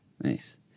nice